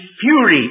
fury